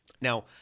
Now